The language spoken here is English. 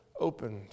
opened